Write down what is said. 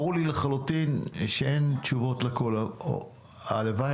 ברור לי לחלוטין שאין תשובות להכל או הלוואי